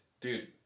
dude